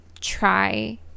try